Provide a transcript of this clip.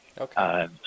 Okay